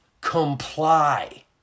comply